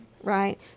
Right